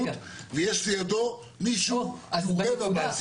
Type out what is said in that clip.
ויש לידו מישהו שהוא רבע מהסמכות.